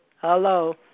hello